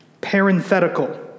parenthetical